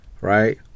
right